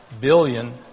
billion